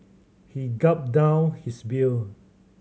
he gulped down his beer